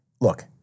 look